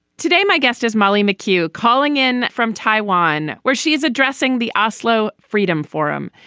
today my guest is molly mccue calling in from taiwan where she is addressing the oslo freedom forum.